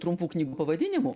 trumpų knygų pavadinimų